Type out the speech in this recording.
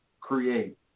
create